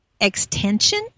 Extension